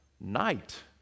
night